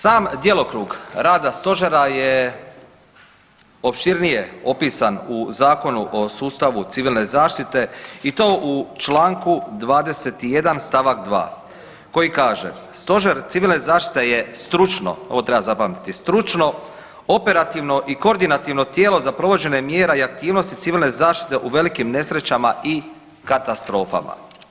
Sam djelokrug rada Stožera je opširnije opisan u Zakonu o sustavu civilne zaštite i to u članku 21. stavak 2. koji kaže: „Stožer civilne zaštite je stručno“ ovo treba zapamtiti „stručno, operativno i koordinativno tijelo za provođenje mjera i aktivnosti civilne zaštite u velikim nesrećama i katastrofama“